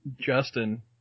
Justin